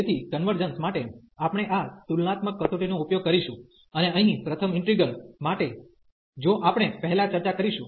તેથી કન્વર્જન્સ માટે આપણે આ તુલનાત્મક કસોટી નો ઉપયોગ કરીશું અને અહીં પ્રથમ ઈન્ટિગ્રલ માટે જો આપણે પહેલા ચર્ચા કરીશું